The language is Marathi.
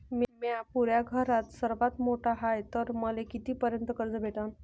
म्या पुऱ्या घरात सर्वांत मोठा हाय तर मले किती पर्यंत कर्ज भेटन?